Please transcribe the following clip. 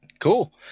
cool